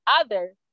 others